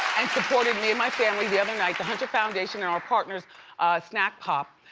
and supported me and my family the other night. the hunter foundation and our partners snack pop,